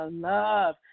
Love